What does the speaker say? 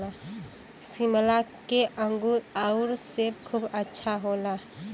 शिमला के अंगूर आउर सेब खूब अच्छा होला